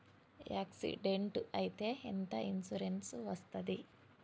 Accident అయితే ఎంత insurance వస్తది?